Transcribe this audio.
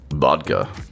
Vodka